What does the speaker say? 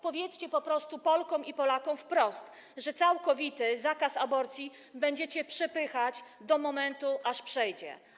Powiedzcie po prostu Polkom i Polakom wprost, że całkowity zakaz aborcji będziecie przepychać do momentu, aż przejdzie.